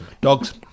Dogs